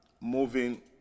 moving